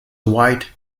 white